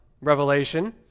revelation